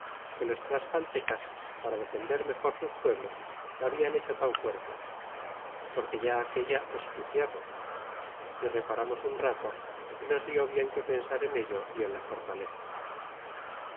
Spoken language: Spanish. que los tlascaltecas para defender mejor sus pueblos la hablan hecho tan fuerte porque ya aquella es su tierra y reparamos un rato y nos lió bien que pensar en ello y en la fortaleza